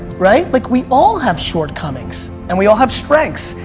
right? like we all have shortcomings and we all have strengths.